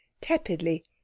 tepidly